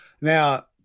Now